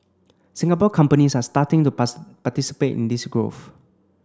Singapore companies are starting to participate in this growth